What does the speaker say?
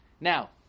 Now